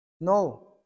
No